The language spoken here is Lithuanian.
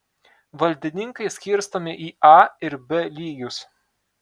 valdininkai skirstomi į a ir b lygius